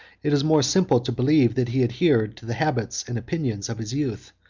it is more simple to believe that he adhered to the habits and opinions of his youth,